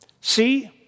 See